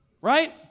Right